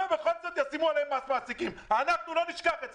ובכל זאת ישיתו עליהם מס בידוד אנחנו לא נשכח את זה.